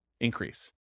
increase